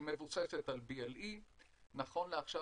היא מבוססת על BLE. נכון לעכשיו,